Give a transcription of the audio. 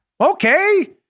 Okay